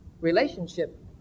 relationship